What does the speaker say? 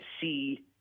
see